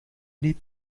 niet